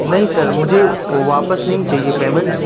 نہیں سر تو مجھے واپس نہیں چاہیے پیمنٹ